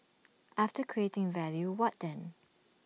after creating value what then